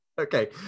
Okay